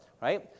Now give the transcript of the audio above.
right